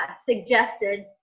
suggested